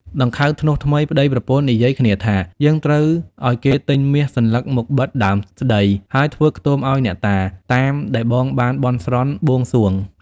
ដង្ខៅធ្នស់ថ្មី (ប្តីប្រពន្ធ) និយាយគ្នាថា "យើងត្រូវឲ្យគេទិញមាសសន្លឹកមកបិទដើមស្ដី ហើយធ្វើខ្ទមឲ្យអ្នកតា តាមដែលបងបានបន់ស្រន់បួងសួង” ។